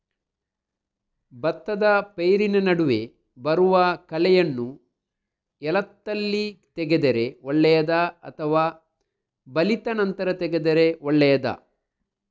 ಭತ್ತದ ಪೈರಿನ ನಡುವೆ ಬರುವ ಕಳೆಯನ್ನು ಎಳತ್ತಲ್ಲಿ ತೆಗೆದರೆ ಒಳ್ಳೆಯದಾ ಅಥವಾ ಬಲಿತ ನಂತರ ತೆಗೆದರೆ ಒಳ್ಳೆಯದಾ?